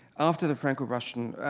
after the franco-prussian,